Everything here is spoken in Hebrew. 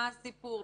מה הסיפור?